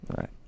Right